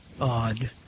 odd